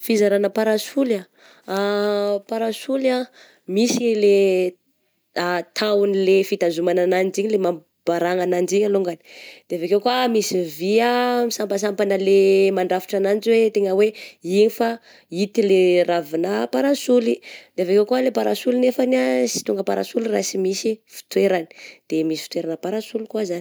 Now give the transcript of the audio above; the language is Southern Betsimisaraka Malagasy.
Fizaragna parasoly ah, parasoly ah, misy le tahony le fitazomana ananjy igny le mampy barahana ananjy alongany, de avy akeo koa misy vy ah misampasapana le mandrafitra ananjy hoe tegna hoe igny fa ito le ravigna parasoly, de avy eo koa le parasoly nefa sy tonga parasoly raha sy misy fitoeragny, de misy fitoeragna parasoly koa zagny.